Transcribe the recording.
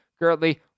currently